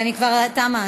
תמה.